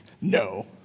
No